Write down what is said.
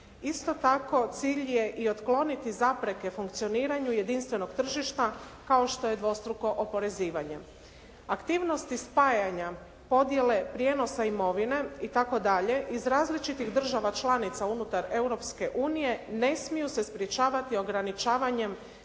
Isto tako cilj je i otkloniti zapreke funkcioniranju jedinstvenog tržišta kao što je dvostruko oporezivanje. Aktivnosti spajanja, podjele, prijenosa imovine itd. iz različitih država članica unutar Europske unije, ne smiju se sprječavati ograničavanjem,